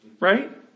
right